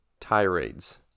tirades